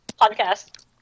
podcast